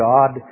God